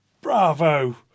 Bravo